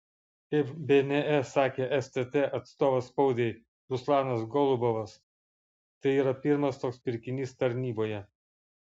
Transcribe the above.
kaip bns sakė stt atstovas spaudai ruslanas golubovas tai yra pirmas toks pirkinys tarnyboje